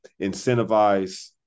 incentivize